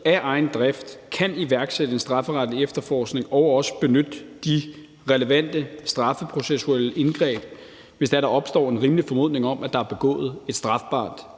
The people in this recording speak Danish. af egen drift kan iværksætte en strafferetlig efterforskning og også benytte de relevante straffeprocessuelle indgreb, hvis der opstår en rimelig formodning om, at der er begået et strafbart